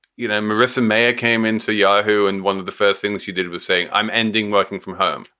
you know, marissa mayer came into yahoo! and one of the first things she did was saying, i'm ending working from home.